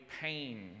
pain